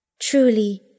Truly